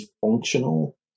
functional